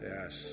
Yes